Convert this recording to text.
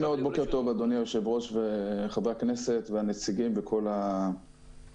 בוקר טוב אדוני היושב-ראש וחברי הכנסת והנציגים וכל החברים.